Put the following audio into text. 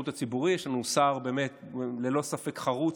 הציבורי יש לנו כאן שר באמת ללא ספק חרוץ.